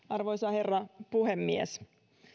arvoisa herra puhemies